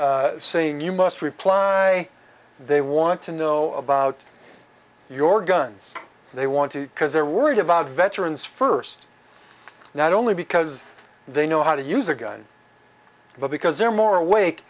saying you must reply they want to know about your guns they want to because they're worried about veterans first not only because they know how to use a gun but because they're more awake